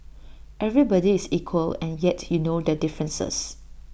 everybody is equal and yet you know their differences